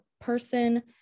person